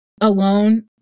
alone